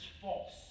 false